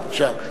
כן.